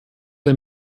der